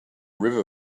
river